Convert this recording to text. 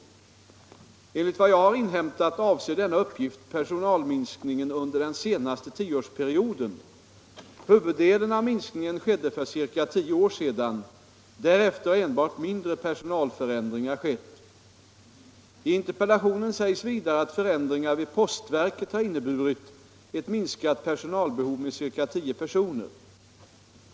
Enligt vad jag har inhämtat avser denna uppgift personalminskningen under den senaste tioårsperioden. Huvuddelen av minskningen skedde för ca tio år sedan. Därefter har enbart mindre personalförändringar skett. I interpellationen sägs vidare att förändringar vid postverket har inneburit ett minskat personalbehov med ca tio personer.